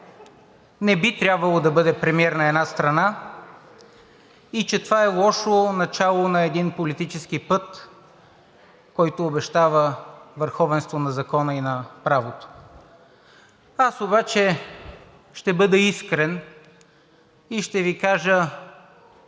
не би трябвало да бъде премиер на една страна и че това е лошо начало на един политически път, който обещава върховенство за закона и на правото. Аз обаче ще бъда искрен и ще Ви кажа